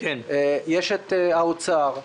יש את משרד האוצר,